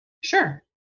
Sure